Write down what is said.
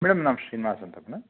madam ನಾನು ಶ್ರೀನಿವಾಸ ಅಂತ madam